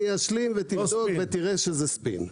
אני אשלים ותראה שזה ספין.